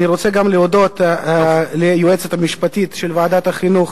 אני רוצה גם להודות ליועצת המשפטית של ועדת החינוך,